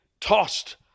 tossed